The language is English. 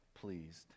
pleased